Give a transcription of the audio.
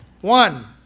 One